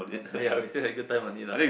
!aiya! we set a good time on it lah